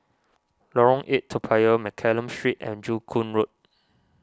Lorong eight Toa Payoh Mccallum Street and Joo Koon Road